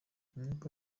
umwuka